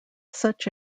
such